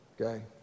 okay